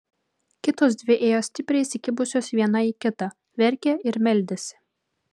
kitos dvi ėjo stipriai įsikibusios viena į kitą verkė ir meldėsi